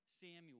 Samuel